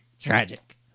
tragic